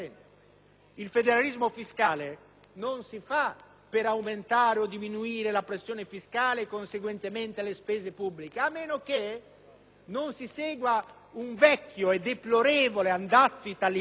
Il federalismo fiscale non si fa per aumentare o diminuire la spesa pubblica e conseguentemente la pressione fiscale, a meno che non si segua un vecchio e deplorevole andazzo italiano